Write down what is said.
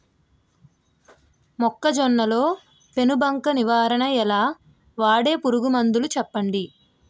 మొక్కజొన్న లో పెను బంక నివారణ ఎలా? వాడే పురుగు మందులు చెప్పండి?